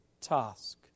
task